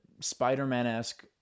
Spider-Man-esque